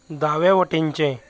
दावे वटेनचें